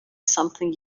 something